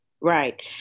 right